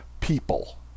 people